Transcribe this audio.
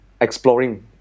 exploring